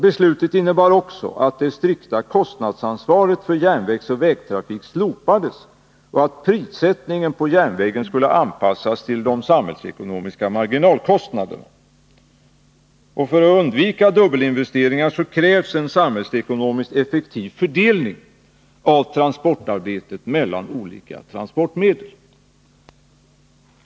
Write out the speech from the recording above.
Beslutet innebar också att det strikta kostnadsansvaret för järnvägsoch vägtrafik slopades och att prissättningen på järnvägen skulle anpassas till de samhällsekonomiska marginalkostnaderna. För att undvika dubbelinvesteringar krävs en samhällsekonomiskt effektiv fördelning av transportarbetet mellan olika transportmedel.